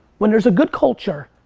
when there's a good culture,